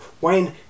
Wayne